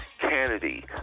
Kennedy